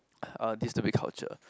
uh this stupid culture